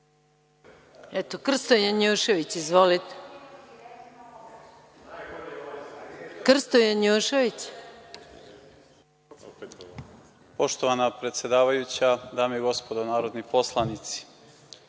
ima Krsto Janjušević. Izvolite. **Krsto Janjušević** Poštovana predsedavajuća, dame i gospodo narodni poslanici,